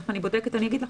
אני בודקת ואגיד לכם.